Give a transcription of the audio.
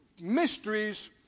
mysteries